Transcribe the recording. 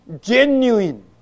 genuine